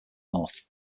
north